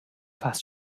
fast